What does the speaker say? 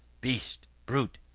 beast, brute,